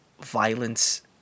violence